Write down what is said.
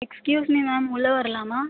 excuse me ma'am உள்ளே வரலாமா